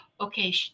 Okay